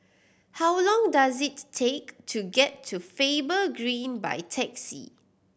how long does it take to get to Faber Green by taxi